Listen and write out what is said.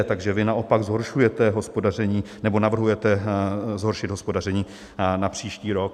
Takže vy naopak zhoršujete hospodaření nebo navrhujete zhoršit hospodaření na příští rok.